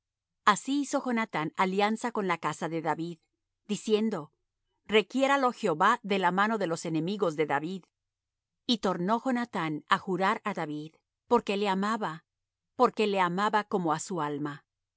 así hizo jonathán alianza con la casa de david diciendo requiéralo jehová de la mano de los enemigos de david y tornó jonathán á jurar á david porque le amaba porque le amaba como á su alma